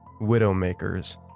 Widowmakers